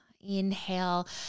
Inhale